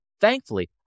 Thankfully